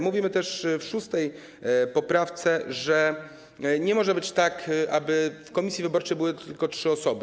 Mówimy też w szóstej poprawce, że nie może być tak, aby w komisji wyborczej były tylko trzy osoby.